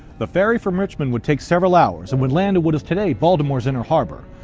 the ferry from richmond would take several hours and would land at what is today, baltimore's inner harbor.